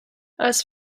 als